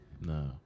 No